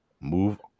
move